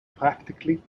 practically